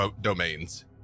domains